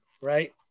Right